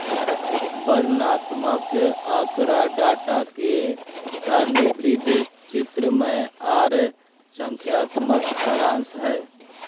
वर्णनात्मक आँकड़ा डाटा के सारणीबद्ध, चित्रमय आर संख्यात्मक सारांश हय